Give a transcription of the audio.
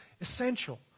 essential